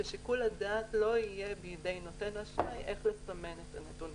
ששיקול הדעת לא יהיה בידי נותן אשראי איך לסמן את הנתונים.